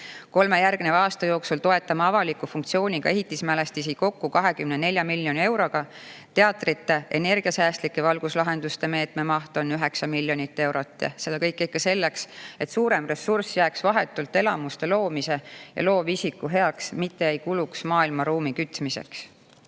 Kolme järgneva aasta jooksul toetame avaliku funktsiooniga ehitismälestisi kokku 24 miljoni euroga, teatrite energiasäästlike valguslahenduste meetme maht on 9 miljonit eurot. Seda kõike ikka selleks, et suurem ressurss jääks vahetult elamuste loomise ja loovisiku heaks, mitte ei kuluks maailmaruumi kütmiseks. Eesti